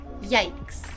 Yikes